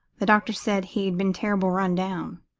the doctor said he'd been terribly run down.